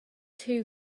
too